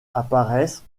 apparaissent